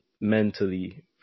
mentally